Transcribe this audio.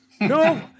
No